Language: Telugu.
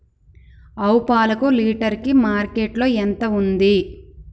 ఆవు పాలకు లీటర్ కి మార్కెట్ లో ఎంత ఉంది?